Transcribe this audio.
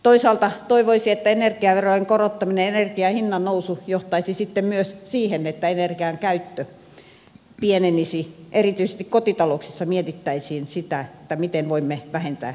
toisaalta toivoisi että energiaverojen korottaminen ja energian hinnan nousu johtaisi sitten myös siihen että energiankäyttö pienenisi erityisesti kotitalouksissa mietittäisiin sitä miten voimme vähentää energiankulutusta